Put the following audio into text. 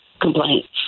complaints